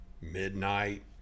midnight